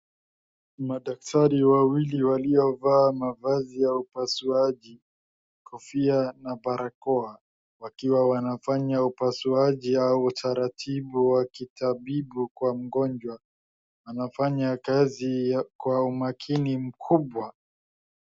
Madaktari wawili waliovaa mavazi ya upasuaji, kofia na barakoa wakiwa wanafanya upasuaji au utaratibu wa kitabibu kwa mgonjwa. Anafanya kazi kwa umakini mkubwa.